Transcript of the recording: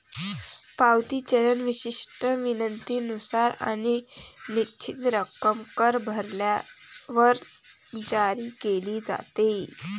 पावती चलन विशिष्ट विनंतीनुसार आणि निश्चित रक्कम कर भरल्यावर जारी केले जाते